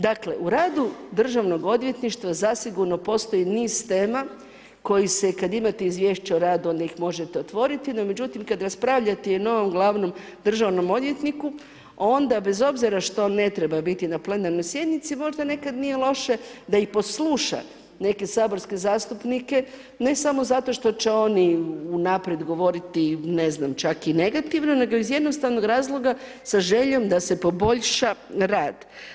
Dakle u radu državnog odvjetništva zasigurno postoji niz tema koji se kada imate izvješće o radu onda ih možete otvoriti, no međutim kada raspravljate i o novom glavnom državnom odvjetniku onda bez obzira što ne treba biti na plenarnoj sjednici, možda nekad nije loše da i posluša neke saborske zastupnike, ne samo zato što će oni unaprijed govoriti ne znam čak i negativno nego iz jednostavnog razloga sa željom da se poboljša rad.